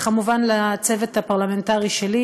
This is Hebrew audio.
וכמובן לצוות הפרלמנטרי שלי: